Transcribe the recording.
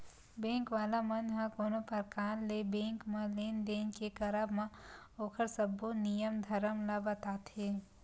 bank वाला मन ह कोनो परकार ले बेंक म लेन देन के करब म ओखर सब्बो नियम धरम ल बताथे